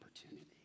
opportunity